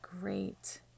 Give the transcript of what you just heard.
great